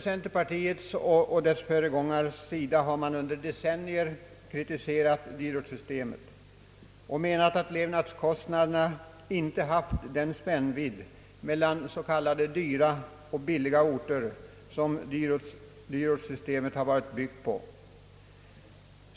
Centerpartiet och dess föregångare har under decennier kritiserat dyrortssystemet och menat att levnadskostnaderna inte haft den spännvidd mellan »dyra och billiga orter» som dyrortssystemet varit byggt på.